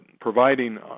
providing